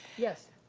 yes?